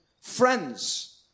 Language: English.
friends